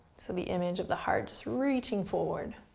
so the image of the heart just reaching forward.